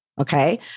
Okay